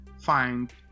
find